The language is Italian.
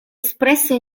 espresso